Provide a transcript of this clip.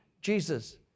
Jesus